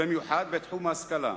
במיוחד בתחום ההשכלה,